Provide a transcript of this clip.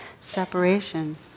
separation